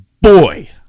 boy